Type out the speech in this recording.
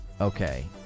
okay